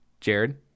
Jared